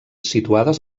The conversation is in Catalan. situades